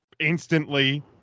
instantly